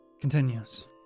continues